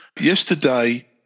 Yesterday